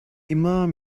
immer